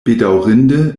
bedaŭrinde